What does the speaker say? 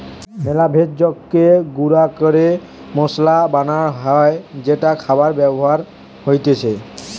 মেলা ভেষজকে গুঁড়া ক্যরে মসলা বানান হ্যয় যেটা খাবারে ব্যবহার হতিছে